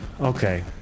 Okay